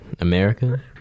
America